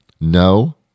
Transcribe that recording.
No